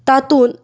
तातूंत